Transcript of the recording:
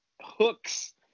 hooks